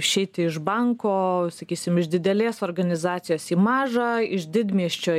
išeiti iš banko sakysim iš didelės organizacijos į mažą iš didmiesčio